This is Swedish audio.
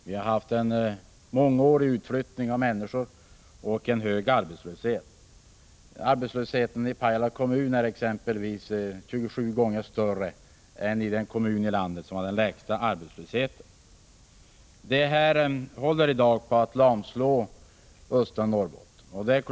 Vi har haft en mångårig utflyttning av människor och hög arbetslöshet. Arbetslösheten i Pajala kommun är exempelvis 27 gånger större än i den kommun i landet som har den lägsta arbetslösheten. Detta håller i dag på att lamslå östra Norrbotten.